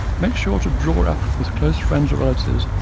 make sure to draw up, with close friends or relatives,